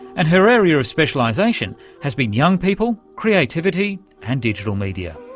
and her area of specialisation has been young people, creativity and digital media.